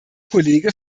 kollege